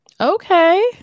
Okay